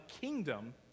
kingdom